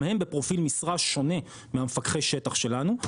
הם בפרופיל משרה שונה ממפקחי השטח שלנו,